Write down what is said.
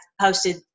posted